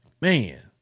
man